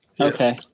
Okay